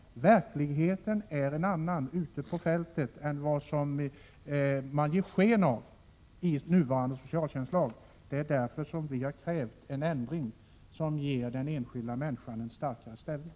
Verkligheten är en annan ute på fältet än den man ger sken av i nuvarande socialtjänstlag. Det är därför vi har krävt en ändring som ger den enskilda människan en starkare ställning.